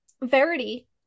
Verity